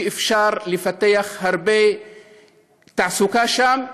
שאפשר לפתח הרבה תעסוקה בהם,